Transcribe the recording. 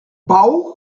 bauch